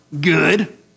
Good